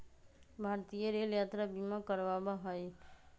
भारतीय रेल यात्रा बीमा करवावा हई